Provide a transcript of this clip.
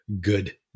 good